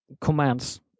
commands